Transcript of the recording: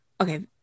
Okay